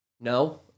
No